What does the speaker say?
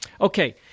Okay